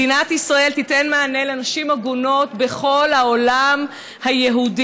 מדינת ישראל תיתן מענה לנשים עגונות בכל העולם היהודי,